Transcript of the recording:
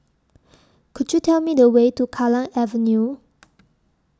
Could YOU Tell Me The Way to Kallang Avenue